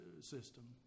system